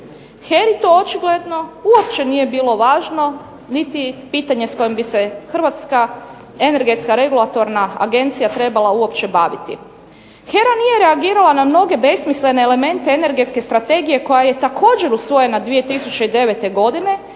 HERA-i to očigledno uopće nije bilo važno niti pitanje s kojim bi se Hrvatska energetska regulatorna agencija trebala uopće baviti. HERA nije reagirala na mnoge besmislene elemente energetske strategije koja je također usvojena 2009. godine,